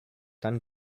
dann